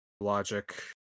logic